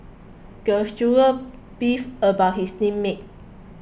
the student beefed about his team mates